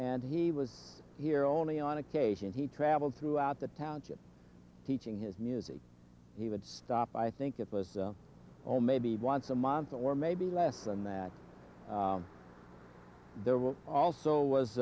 and he was here only on occasion he traveled throughout the township teaching his music he would stop i think it was oh maybe once a month or maybe less than that there was also was